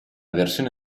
versione